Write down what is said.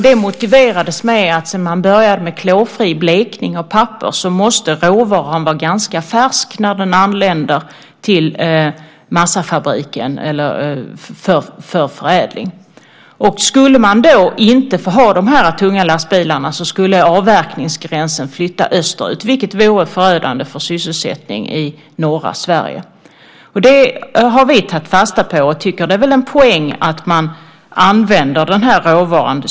Det motiverades med att sedan man började med klorfri blekning av papper måste råvaran vara ganska färsk när den anländer till massafabriken för förädling. Om man då inte skulle få ha de tunga lastbilarna så skulle avverkningsgränsen flytta österut, vilket vore förödande för sysselsättningen i norra Sverige. Det har vi tagit fasta på. Vi tycker att det finns en poäng med att man använder den här råvaran.